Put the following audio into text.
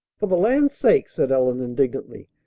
for the land's sake! said ellen indignantly.